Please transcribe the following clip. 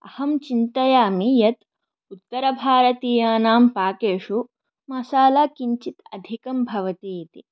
अहं चिन्तयामि यत् उत्तरभारतीयानां पाकेषु मसाला किञ्चित् अधिकं भवति इति